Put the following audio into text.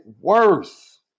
worse